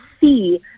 see